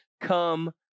come